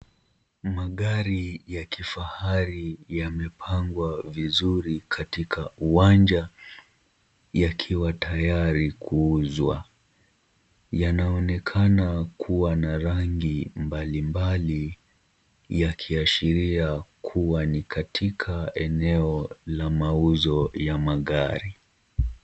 Magari ya kifahari yamepangwa vizuri katika uwanja, yakiwa tayari kuuzwa. Yanaonekana kuwa na rangi mbalimbali, yakiashiria kuwa ni katika eneo la mauzo ya magari.